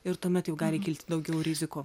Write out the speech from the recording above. ir tuomet jau gali kilti daugiau rizikų